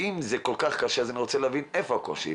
ואם זה כל כך קשה אני רוצה לבין איפה הקושי,